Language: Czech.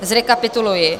Zrekapituluji.